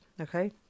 okay